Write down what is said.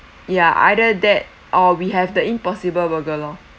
ya either that or we have the impossible burger lor